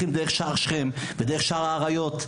הולכים דרך שער שכם ודרך שער האריות.